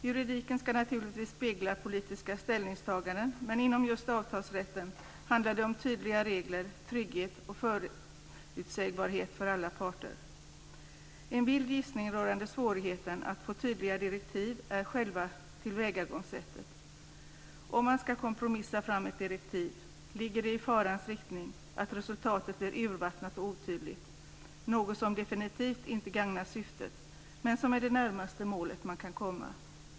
Juridiken ska naturligtvis spegla politiska ställningstaganden men inom just avtalsrätten handlar det om tydliga regler, trygghet och förutsägbarhet - för alla parter. En vild gissning rörande svårigheten att få tydliga direktiv gäller själva tillvägagångssättet. Om man ska kompromissa fram ett direktiv ligger det i farans riktning att resultatet blir urvattnat och otydligt, något som definitivt inte gagnar syftet men som är det närmaste man kan komma målet.